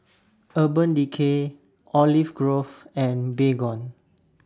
Urban Decay Olive Grove and Baygon